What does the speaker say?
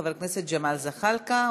חבר הכנסת ג'מאל זחאלקה,